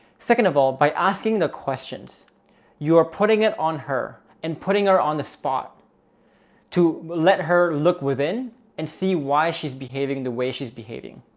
second of all by asking the questions you are putting it on her and putting her on the spot to let her look within and see why she's behaving the way she's behaving.